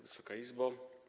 Wysoka Izbo!